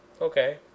Okay